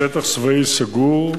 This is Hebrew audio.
"שטח צבאי סגור",